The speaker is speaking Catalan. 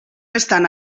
estan